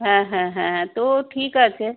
হ্যাঁ হ্যাঁ হ্যাঁ হ্যাঁ তো ঠিক আছে